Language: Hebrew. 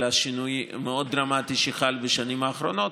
השינוי המאוד-דרמטי שחל בשנים האחרונות.